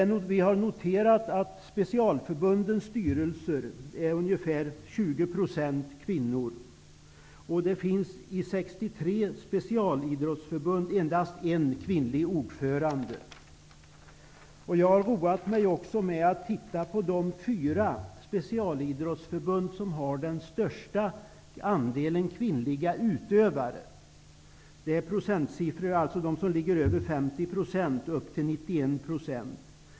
Vi har noterat att i specialförbundens styrelser är specialidrottsförbunden finns det endast en kvinnlig ordförande. Jag har roat mig med att titta på de fyra specialidrottsförbund som har den största andelen kvinnliga utövare. Det handlar om 50--91 % kvinnliga utövare.